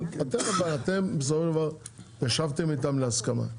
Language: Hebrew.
אבל, אתם ישבתם איתם להסכמה.